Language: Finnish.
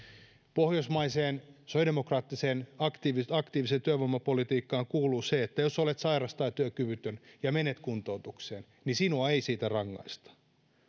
pohjoismaiseen sosiaalidemokraattiseen aktiiviseen aktiiviseen työvoimapolitiikkaan kuuluu se että jos olet sairas tai työkyvytön ja menet kuntoutukseen niin sinua ei siitä rangaista